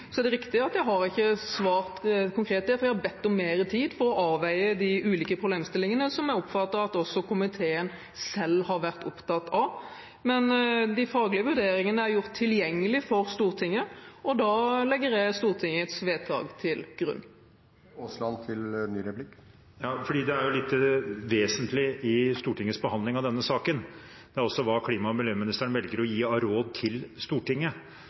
er riktig at jeg ikke har svart konkret på det, for jeg har bedt om mer tid for å avveie de ulike problemstillingene som jeg oppfatter at også komiteen selv har vært opptatt av. Men de faglige vurderingene er gjort tilgjengelige for Stortinget, og da legger jeg Stortingets vedtak til grunn. Ja, noe som også er litt vesentlig for Stortingets behandling av denne saken, er hva klima- og miljøministeren velger å gi av råd til Stortinget,